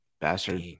bastard